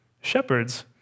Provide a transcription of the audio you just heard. shepherds